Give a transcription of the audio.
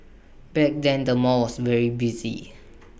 back then the mall was very busy